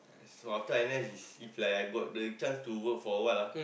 so after N_S it's if like I got the chance to work for what lah